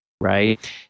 Right